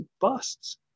busts